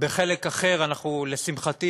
בחלק אחר, לשמחתי,